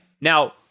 Now